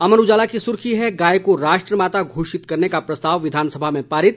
अमर उजाला की सुर्खी है गाय को राष्ट्रमाता घोषित करने का प्रस्ताव विधानसभा में पारित